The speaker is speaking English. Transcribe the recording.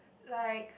like